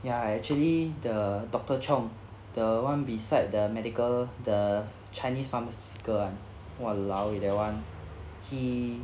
ya actually the doctor chong the one beside the medical the chinese pharmaceutical [one] !walao! eh that [one] he